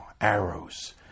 arrows